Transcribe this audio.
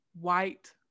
White